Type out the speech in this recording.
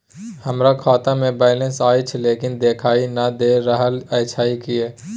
हमरा खाता में बैलेंस अएछ लेकिन देखाई नय दे रहल अएछ, किये?